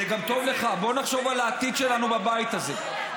וגם אתם הבנתם את זה והסכמתם,